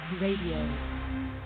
radio